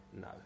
no